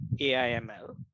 AIML